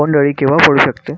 बोंड अळी केव्हा पडू शकते?